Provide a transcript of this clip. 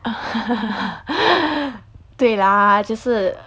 对啦就是